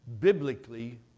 Biblically